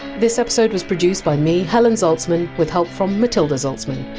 this episode was produced by me, helen zaltzman, with help from matilda zaltzman.